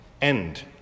End